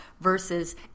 versus